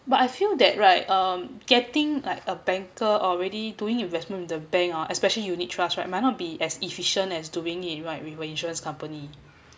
but I feel that right um getting like a banker already doing investment in the bank oh especially unit trust right might not be as efficient as doing in right with insurance company